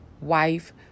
wife